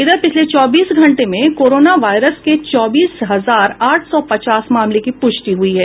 इधर पिछले चौबीस घंटे में कोरोना वायरस के चौबीस हजार आठ सौ पचास मामलों की पुष्टि हुई है